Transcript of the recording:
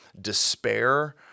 despair